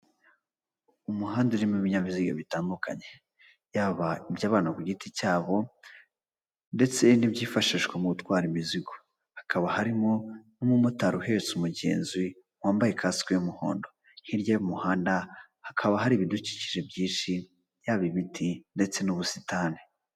Umuhanda urimo ibinyabiziga bitandukanye yaba iby'abantu ku giti cyabo ndetse n'ibyifashishwa mu gutwara imizigo hakaba harimo n'umumotari uhetse umugenzi wambaye cask y'umuhondo hirya y'umuhanda hakaba hari ibidukikije byinshi yaba ibiti ndetse n'ubusitani.